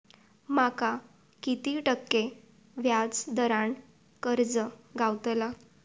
माका किती टक्के व्याज दरान कर्ज गावतला?